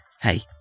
hey